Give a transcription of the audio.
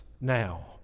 now